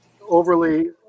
Overly